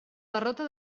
derrota